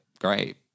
great